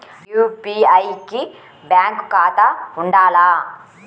UPI కి bank ఖాతా ఉండాల?